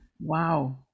Wow